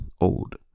old